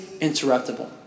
interruptible